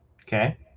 Okay